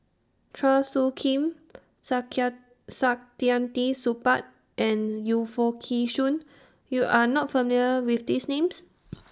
Chua Soo Khim Saktiandi Supaat and Yu Foo Kee Shoon YOU Are not familiar with These Names